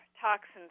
toxins